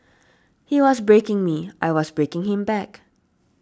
he was breaking me I was breaking him back